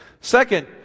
second